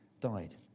died